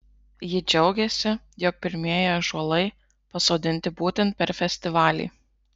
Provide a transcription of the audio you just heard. ji džiaugėsi jog pirmieji ąžuolai pasodinti būtent per festivalį